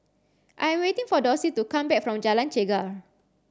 I waiting for Dorsey to come back from Jalan Chegar